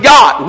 God